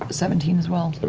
seventeen as well.